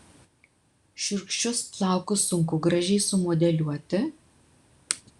šiurkščius plaukus sunku gražiai sumodeliuoti